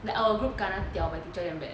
like our group kena diao by teacher damn bad